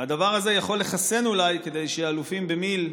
והדבר הזה יכול לחסן אולי כדי שאלופים במיל'